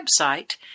website